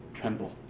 tremble